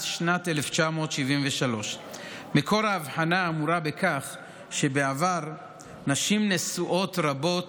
שנת 1973. מקור ההבחנה האמורה בכך שבעבר נשים נשואות רבות